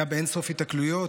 היה באין-סוף היתקלויות,